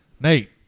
Nate